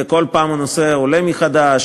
וכל פעם הנושא עולה מחדש,